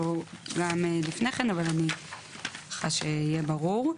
אמנם לפני כן אבל אני מניחה שיהיה ברור.